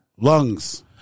Lungs